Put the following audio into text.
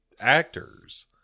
actors